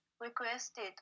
requested